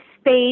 space